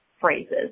phrases